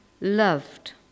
loved